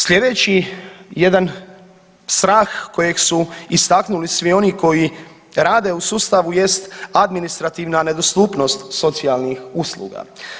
Slijedeći jedan strah kojeg su istaknuli svi oni koji rade u sustavu jest administrativna nedostupnost socijalnih usluga.